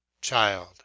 CHILD